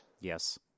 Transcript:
Yes